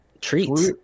treats